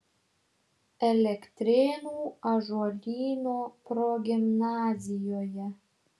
elektrėnų ąžuolyno progimnazijoje